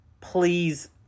Please